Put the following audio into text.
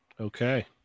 Okay